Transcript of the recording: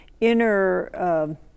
inner